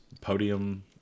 podium